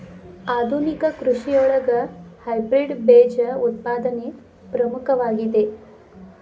ಆಧುನಿಕ ಕೃಷಿಯೊಳಗ ಹೈಬ್ರಿಡ್ ಬೇಜ ಉತ್ಪಾದನೆ ಪ್ರಮುಖವಾಗಿದೆ